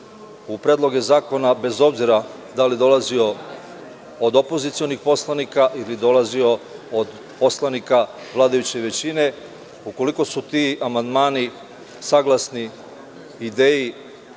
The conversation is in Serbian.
u predloge zakona, bez obzira da li dolazio od opozicionih poslanika ili dolazio od poslanika vladajuće većine, ukoliko su ti amandmani saglasni ideji